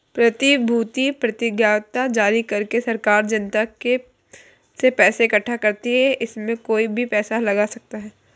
प्रतिभूति प्रतिज्ञापत्र जारी करके सरकार जनता से पैसा इकठ्ठा करती है, इसमें कोई भी पैसा लगा सकता है